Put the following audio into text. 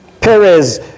Perez